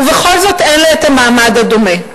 ובכל זאת אין לה המעמד הדומה.